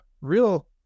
real